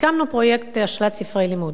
הקמנו פרויקט השאלת ספרי לימוד,